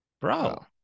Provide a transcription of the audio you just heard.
Bro